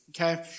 Okay